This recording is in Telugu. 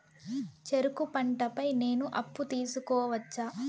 చెరుకు పంట పై నేను అప్పు తీసుకోవచ్చా?